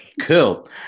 Cool